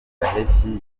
gaheshyi